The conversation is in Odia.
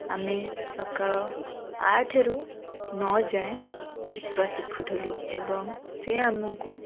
ଆମେ ସକାଳ ଆଠରୁ ନଅ ଯାଏଁ ଚିତ୍ର ଶିଖୁଥିଲୁ ଏବଂ ସେ ଆମକୁ